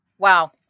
Wow